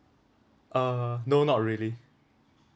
uh no not really